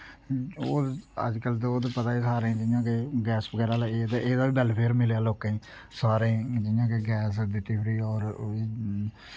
ओह् अज्ज कल ओह् ते पता गै ऐ सारें गी जियां के गैस बगैरा दा एह्दा बी बैल्लफेयर मिलेआ लोकें गी सारें गी जियां कि गैस दित्ती फ्री होर